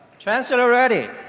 chancellor reddy.